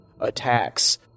attacks